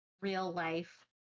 real-life